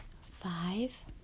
five